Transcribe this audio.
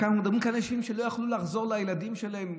כאן אנחנו מדברים על אנשים שלא יכלו לחזור לילדים שלהם.